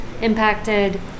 impacted